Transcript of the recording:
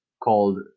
called